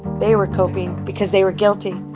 they were coping because they were guilty